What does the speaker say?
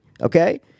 okay